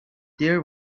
there